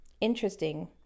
interesting